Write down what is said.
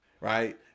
right